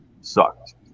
sucked